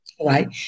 right